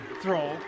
throw